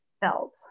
felt